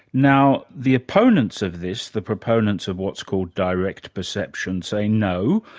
now, the opponents of this, the proponents of what's called direct perception, say, no,